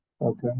Okay